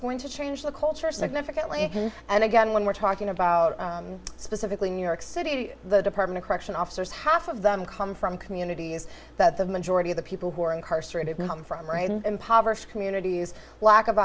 going to change the culture significantly and again when we're talking about specifically new york city the department of correction officers half of them come from communities that the majority of the people who are incarcerated not from impoverished communities lack of